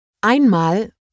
Einmal